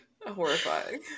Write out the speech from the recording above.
horrifying